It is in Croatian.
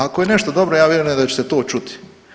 Ako je nešto dobro, ja vjerujem da će se to čuti.